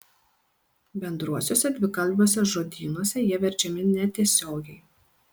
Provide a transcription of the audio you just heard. bendruosiuose dvikalbiuose žodynuose jie verčiami netiesiogiai